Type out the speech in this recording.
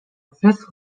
fifth